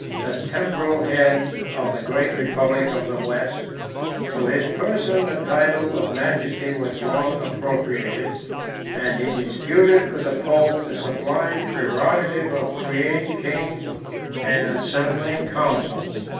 the temporal head of the great republic of the west to his person the title of majesty was long appropriated and he disputed with the pope the sublime prerogative of creating kings and assembling councils.